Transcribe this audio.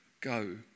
Go